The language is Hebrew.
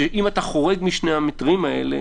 אם אתה חורג משני המטרים האלה